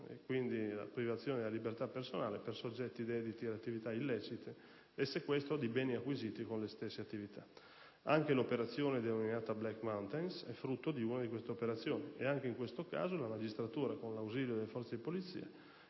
e quindi la privazione della libertà personale, di soggetti dediti ad attività illecite e il sequestro di beni acquisiti con le stesse attività. Anche l'operazione denominata "Black mountains" è frutto di una di queste attività e, anche in questo caso, la magistratura, con 1'ausilio delle forze di polizia,